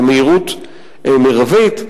במהירות מרבית,